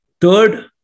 Third